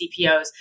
CPOs